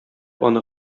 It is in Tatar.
аны